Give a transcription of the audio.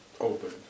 open